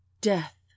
death